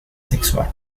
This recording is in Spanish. sexual